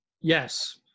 Yes